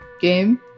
game